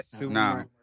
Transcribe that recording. No